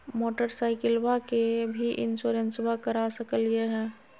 मोटरसाइकिलबा के भी इंसोरेंसबा करा सकलीय है?